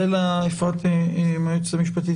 היועצת המשפטית,